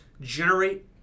generate